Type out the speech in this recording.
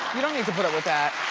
you don't need to put up with that.